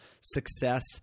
success